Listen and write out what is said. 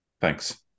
Thanks